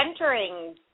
entering